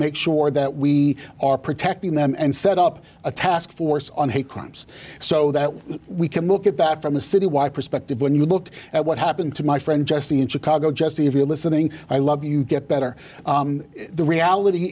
make sure that we are protecting them and set up a task force on hate crimes so that we can look at that from the citywide perspective when you look at what happened to my friend jesse in chicago jesse if you're listening i love you get better the reality